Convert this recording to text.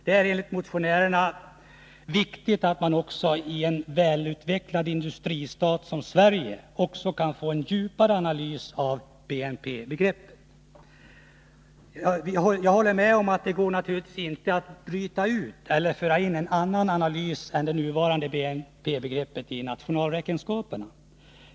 Det är enligt motionärerna viktigt att man i en välutvecklad industristat som Sverige också kan få en djupare analys av BNP begreppet. Jag håller med om att det naturligtvis inte går att byta ut begreppet - eller föra in en annan analys i nationalräkenskaperna än vad det nuvarande BNP-begreppet innebär.